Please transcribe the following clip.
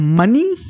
money